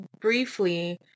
briefly